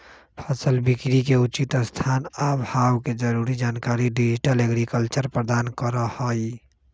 फसल बिकरी के उचित स्थान आ भाव के जरूरी जानकारी डिजिटल एग्रीकल्चर प्रदान करहइ